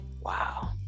Wow